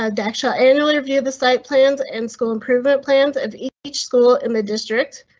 a dash or anyone review the site plans and school improvement plans of each each school in the district.